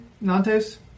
Nantes